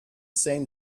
same